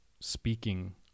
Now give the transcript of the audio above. speaking